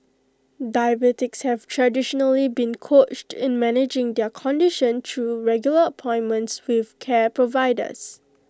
diabetics have traditionally been coached in managing their condition through regular appointments with care providers